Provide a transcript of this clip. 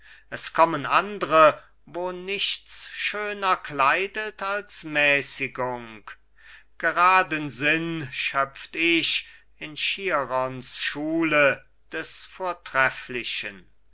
es kommen andre wo nichts schöner kleidet als mäßigung geraden sinn schöpft ich in chirons schule des vortrefflichen